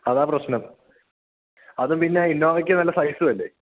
അതാണ് പ്രശ്നം അതും പിന്നെ ഇന്നോവയ്ക്ക് നല്ല സൈസുമല്ലേ